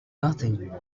nothing